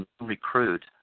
recruit